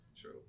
True